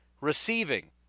Receiving